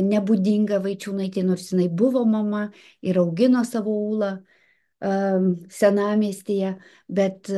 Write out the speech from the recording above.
nebūdinga vaičiūnaitei nors jinai buvo mama ir augino savo ūlą a senamiestyje bet